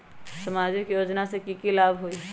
सामाजिक योजना से की की लाभ होई?